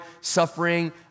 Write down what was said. suffering